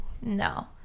no